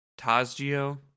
Tazgio